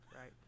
right